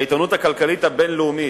בעיתונות הכלכלית הבין-לאומית,